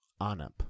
Anup